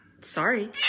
Sorry